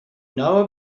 know